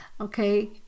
Okay